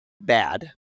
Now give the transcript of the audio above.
bad